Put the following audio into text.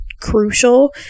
crucial